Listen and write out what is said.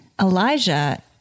Elijah